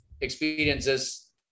experiences